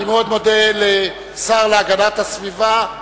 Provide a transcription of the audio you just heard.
אני מאוד מודה לשר להגנת הסביבה.